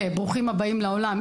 וברוכים הבאים לעולם,